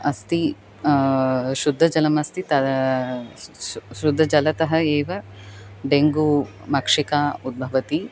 अस्ति शुद्धजलमस्ति तद् सु शुद्धजलतः एव डेन्गू मक्षिका उद्भवति